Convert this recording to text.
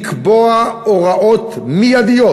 לקבוע הוראות מיידיות,